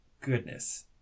Goodness